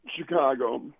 chicago